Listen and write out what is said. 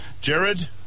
Jared